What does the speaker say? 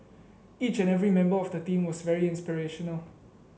each and every member of the team was very inspirational